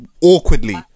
awkwardly